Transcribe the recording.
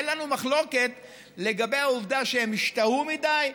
אין לנו מחלוקת לגבי העובדה שהן השתהו מדי,